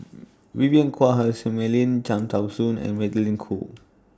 Vivien Quahe Seah Mei Lin Cham Tao Soon and Magdalene Khoo